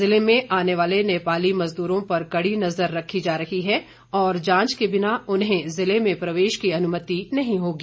जिले में आने वाले नेपाली मजदूरों पर कड़ी नज़र रखी जा रही है और जांच के बिना उन्हें ज़िले में प्रवेश की अनुमति नहीं होगी